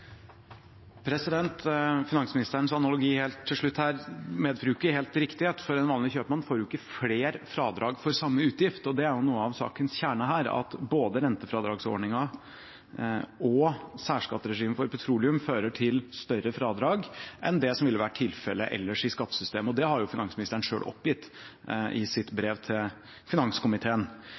slutt medfører ikke helt riktighet, for en vanlig kjøpmann får jo ikke flere fradrag for samme utgift. Det er noe av sakens kjerne her, at både rentefradragsordningen og særskatteregimet for petroleum fører til større fradrag enn det som ville vært tilfellet ellers i skattesystemet, og det har finansministeren selv oppgitt i sitt brev til finanskomiteen.